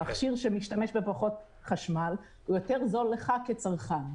מכשיר שמשתמש בפחות חשמל הוא יותר זול לך כצרכן.